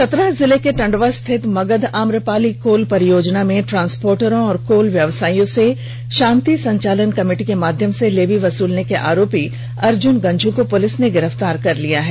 चतरा जिले के टंडवा स्थित मगध आम्रपाली कोल परियोजना में ट्रांसपोर्टरों और कोल व्यवसायियों से शांति संचालन कमिटी के माध्यम से लेवी वसूलने के आरोपी अर्जुन गंझू को पुलिस ने गिरफ्तार कर लिया है